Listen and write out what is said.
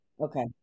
Okay